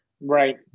Right